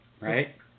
Right